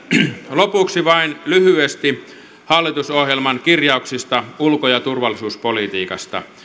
lopuksi vain lyhyesti hallitusohjelman kirjauksista ulko ja turvallisuuspolitiikasta